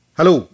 Hello